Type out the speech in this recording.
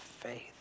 faith